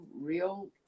real